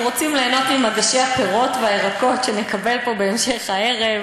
אנחנו רוצים ליהנות ממגשי הפירות והירקות שנקבל פה בהמשך הערב.